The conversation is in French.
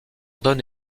donne